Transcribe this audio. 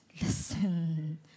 listen